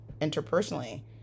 interpersonally